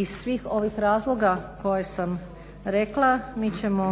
iz svih ovih razloga koje sam rekla mi ćemo